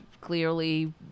clearly